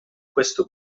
questo